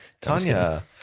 Tanya